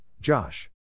Josh